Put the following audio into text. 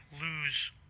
lose